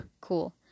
Cool